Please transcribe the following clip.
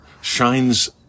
shines